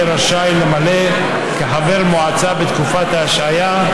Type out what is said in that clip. רשאי למלא כחבר מועצה בתקופת ההשעיה,